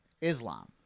Islam